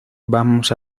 vamos